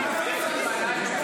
מה "אל תתערב לי"?